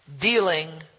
dealing